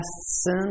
sin